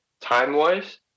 time-wise